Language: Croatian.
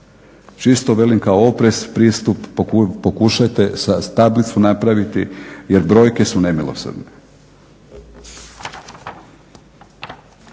velim kao oprez, pristup, pokušajte tablicu napraviti jer brojke su nemilosrdne.